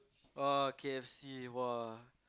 oh K_F_C !wah!